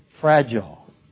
fragile